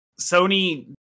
Sony